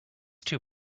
too